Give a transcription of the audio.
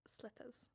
Slippers